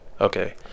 okay